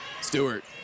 Stewart